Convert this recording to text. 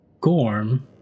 Gorm